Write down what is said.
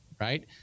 right